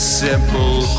simple